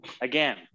Again